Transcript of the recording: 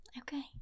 Okay